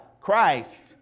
Christ